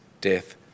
death